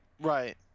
Right